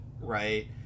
right